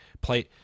play